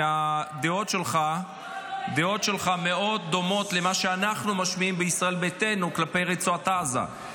והדעות שלך מאוד דומות למה שאנחנו משמיעים בישראל ביתנו כלפי רצועת עזה.